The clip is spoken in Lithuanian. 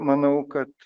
manau kad